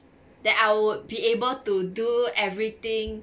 that I would be able to do everything